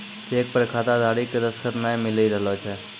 cheque पर खाताधारी के दसखत नाय मिली रहलो छै